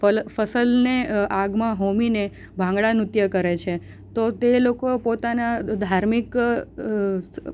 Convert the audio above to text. ફસલને આગમાં હોમીને ભાંગડા નૃત્ય કરે છે તો તે લોકો પોતાના ધાર્મિક